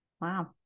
Wow